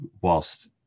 whilst